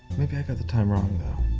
maybe i got the time wrong